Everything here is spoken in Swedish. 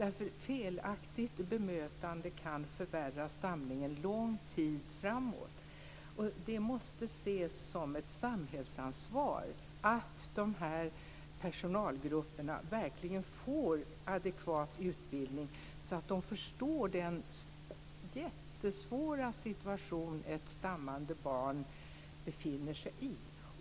Ett felaktigt bemötande kan för lång tid framåt förvärra stamningen. Det måste ses som ett samhällsansvar att de här personalgrupperna verkligen får adekvat utbildning så att de förstår den jättesvåra situation som ett stammande barn befinner sig i.